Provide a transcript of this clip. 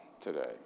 today